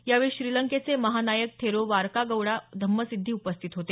यावेळी श्रीलंकेचे महानायक थेरो वारकागोडा धम्मसिध्दि उपस्थित होते